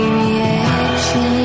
reaction